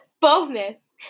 Bonus